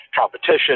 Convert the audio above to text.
competition